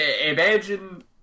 Imagine